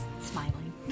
smiling